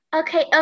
okay